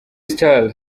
style